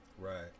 right